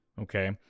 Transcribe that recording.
okay